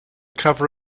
cover